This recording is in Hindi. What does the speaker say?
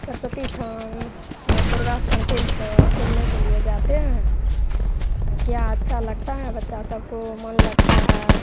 सरस्वती थान और दुर्गा स्थान फ़ील्ड पर खेलने के लिए जाते हैं क्या अच्छा लगता हैं बच्चा सबको मन लगता है